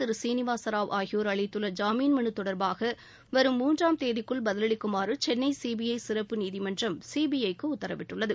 திரு சீனிவாசராவ் ஆகியோர் அளித்துள்ள ஜாமீன் மனு தொடர்பாக வரும் மூன்றாம் தேதிக்குள் பதிலளிக்குமாறு சென்னை சிபிஐ சிறப்பு நீதிமன்றம் சிபிஐ க்கு உத்தரவிட்டுள்ளது